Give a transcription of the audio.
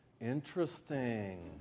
Interesting